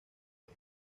los